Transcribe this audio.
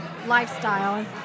lifestyle